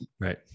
Right